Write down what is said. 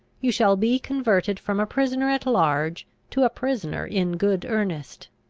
you shall be converted from a prisoner at large to a prisoner in good earnest.